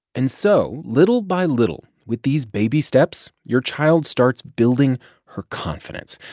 and so little by little, with these baby steps, your child starts building her confidence.